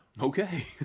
Okay